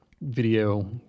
video